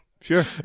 sure